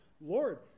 Lord